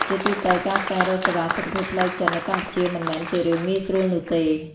ជាទូទៅ ការស្វែងរកសេវាសុខភាពផ្លូវចិត្តនៅកម្ពុជាមិនមែនជារឿងងាយស្រួលនោះទេ។